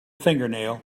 fingernail